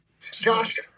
Josh